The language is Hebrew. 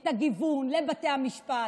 את הגיוון לבתי המשפט,